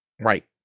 Right